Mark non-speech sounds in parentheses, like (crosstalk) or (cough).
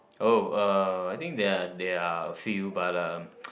oh uh I think there are there are a few but uh (noise)